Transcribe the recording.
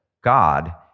God